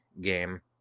game